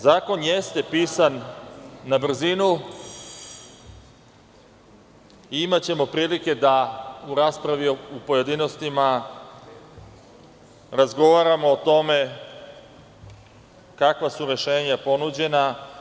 Zakon jeste pisan na brzinu i imaćemo prilike da u raspravi o pojedinostima razgovaramo o tome kakva su rešenja ponuđena.